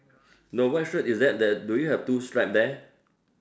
no what shirt is that do you have two stripe there